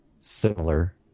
similar